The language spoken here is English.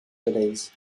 release